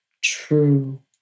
true